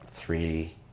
three